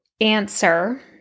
answer